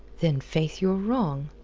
then, faith, you're wrong.